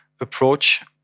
approach